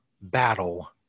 battle